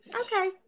okay